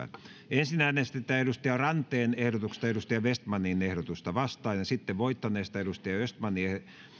ensin äänestetään lulu ranteen ehdotuksesta heikki vestmanin ehdotusta vastaan ja sitten voittaneesta peter östmanin